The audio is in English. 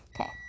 Okay